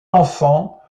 enfant